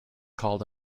called